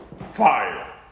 Fire